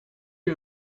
you